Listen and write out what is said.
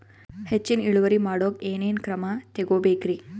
ಹೆಚ್ಚಿನ್ ಇಳುವರಿ ಮಾಡೋಕ್ ಏನ್ ಏನ್ ಕ್ರಮ ತೇಗೋಬೇಕ್ರಿ?